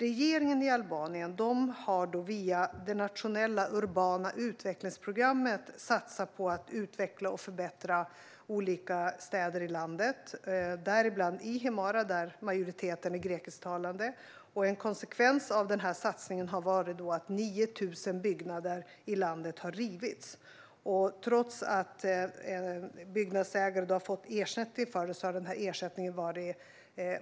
Regeringen i Albanien har via det nationella urbana utvecklingsprogrammet satsat på att utveckla och förbättra olika städer i landet, däribland i Himarë där majoriteten är grekisktalande. En konsekvens av satsningen har varit att 9 000 byggnader i landet har rivits. Trots att byggnadsägare har fått ersättning för det har ersättningen